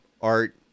art